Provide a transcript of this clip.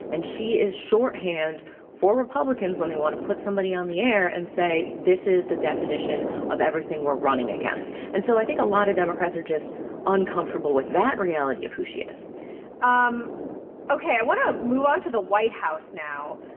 and she is shorthand for republicans when they want to put somebody on the air and say, this is the definition of everything we're running against. and so i think a lot of democrats are just uncomfortable with that reality of who she is um ok, i want to move on to the white house now.